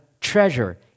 treasure